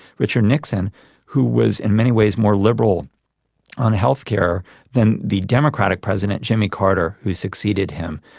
richard nixon who was in many ways more liberal on health care than the democratic president, jimmy carter, who succeeded him,